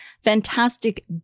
Fantastic